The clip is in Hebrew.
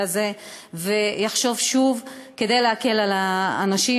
הזה ויחשוב שוב כדי להקל על האנשים,